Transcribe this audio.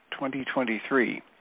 2023